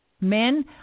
Men